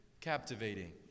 captivating